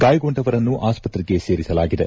ಗಾಯಗೊಂಡವರನ್ನು ಆಸ್ಪತ್ರೆಗೆ ಸೇರಿಸಲಾಗಿದೆ